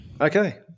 Okay